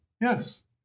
Yes